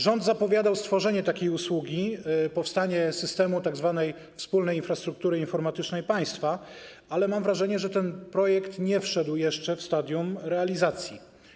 Rząd zapowiadał stworzenie takiej usługi, powstanie systemu tzw. wspólnej infrastruktury informatycznej państwa, ale mam wrażenie, że ten projekt nie wszedł jeszcze w stadium realizacji.